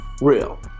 real